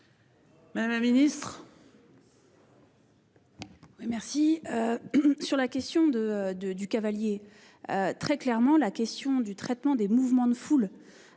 madame la ministre,